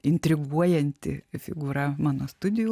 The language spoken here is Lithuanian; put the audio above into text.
intriguojanti figūra mano studijų